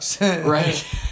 right